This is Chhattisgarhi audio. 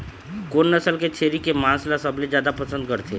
कोन नसल के छेरी के मांस ला सबले जादा पसंद करथे?